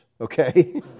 okay